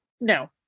no